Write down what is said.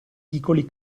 piccoli